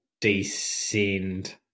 descend